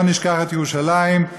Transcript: לא נשכח את ירושלים,